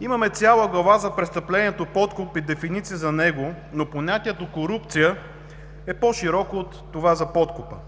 Имаме цяла глава за престъплението „подкуп“ и дефиниция за него, но понятието „корупция“ е по-широко от това за подкупа.